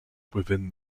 within